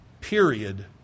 period